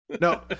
No